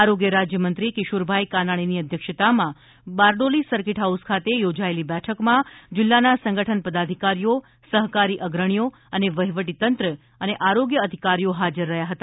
આરોગ્ય રાજ્યમંત્રી કિશોરભાઈ કાનાણીની અધ્યક્ષતામાં બારડોલી સર્કિટ હાઉસ ખાતે યોજાયેલી બેઠકમાં જિલ્લાના સંગઠન પદાધિકારીઓ સહકારી અગ્રણીઓ અને વહીવટીતંત્ર આરોગ્ય અધિકારીઓ હાજર રહ્યા હતા